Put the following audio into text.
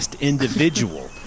individual